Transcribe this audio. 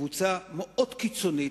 שקבוצה מאוד קיצונית,